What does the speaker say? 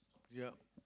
yep